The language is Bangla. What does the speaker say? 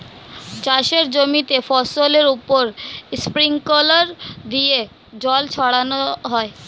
চাষের জমিতে ফসলের উপর স্প্রিংকলার দিয়ে জল ছড়ানো হয়